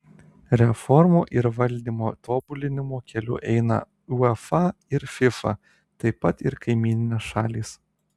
reformų ir valdymo tobulinimo keliu eina uefa ir fifa taip pat ir kaimyninės šalys